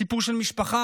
סיפור של משפחה,